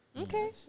Okay